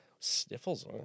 Sniffles